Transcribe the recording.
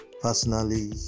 personally